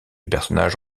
personnage